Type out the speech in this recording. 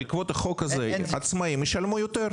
בעקבות החוק הזה עצמאים ישלמו יותר.